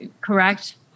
Correct